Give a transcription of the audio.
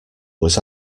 was